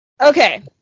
Okay